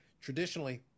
traditionally